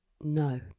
No